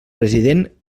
president